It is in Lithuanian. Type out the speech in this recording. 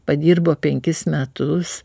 padirbo penkis metus